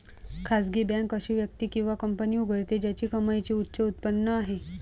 खासगी बँक अशी व्यक्ती किंवा कंपनी उघडते ज्याची कमाईची उच्च उत्पन्न आहे